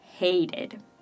hated